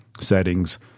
settings